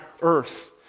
earth